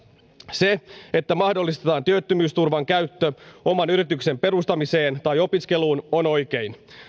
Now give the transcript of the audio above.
se että mahdollistetaan työttömyysturvan käyttö oman yrityksen perustamiseen tai opiskeluun on oikein